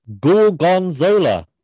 Gorgonzola